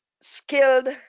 skilled